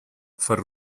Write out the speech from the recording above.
for